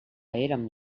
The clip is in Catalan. érem